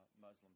Muslim